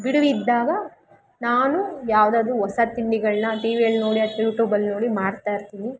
ಬಿಡುವಿದ್ದಾಗ ನಾನು ಯಾವುದಾದ್ರು ಹೊಸ ತಿಂಡಿಗಳನ್ನ ಟಿ ವಿಯಲ್ಲಿ ನೋಡಿ ಅಥ್ವಾ ಯೂಟ್ಯೂಬಲ್ಲಿ ನೋಡಿ ಮಾಡ್ತಾಯಿರ್ತಿನಿ